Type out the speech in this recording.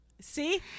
See